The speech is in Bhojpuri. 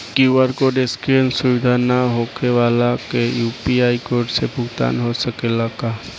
क्यू.आर कोड स्केन सुविधा ना होखे वाला के यू.पी.आई कोड से भुगतान हो सकेला का?